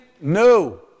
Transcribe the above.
No